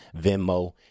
venmo